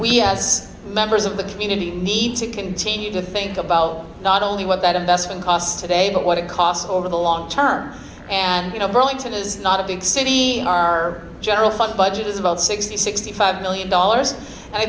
we as members of the community need to continue to think about not only what that investment cost today but what it costs over the long term and you know burlington is not a big city in our general fund budget is about sixty sixty five million dollars